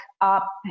up